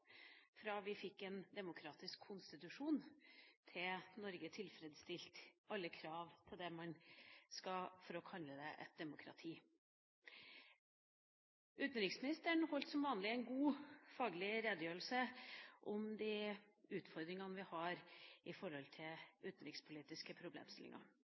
fra vi fikk en demokratisk konstitusjon, til Norge tilfredsstilte alle krav til det man skal ha for å kalle landet for et demokrati. Utenriksministeren holdt som vanlig en god, faglig redegjørelse om de utfordringene vi har når det gjelder utenrikspolitiske problemstillinger.